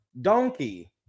Donkey